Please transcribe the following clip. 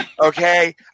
Okay